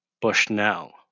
Bushnell